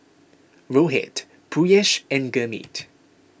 Rohit Peyush and Gurmeet